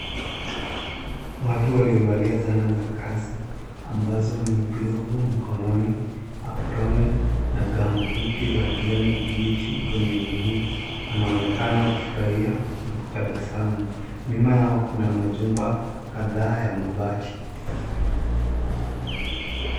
Watu waliovalia zana za kazi ambazo ni glovu mkononi, aproni na gambuti za kijani kibichi kwenye miguu, anaonekana kufurahia na kutabasamu. Nyuma yao kuna majumba kadhaa ya mabati.